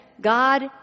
God